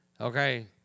okay